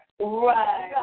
Right